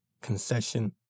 concession